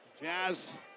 Jazz